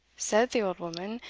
said the old woman,